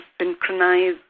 synchronize